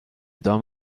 دام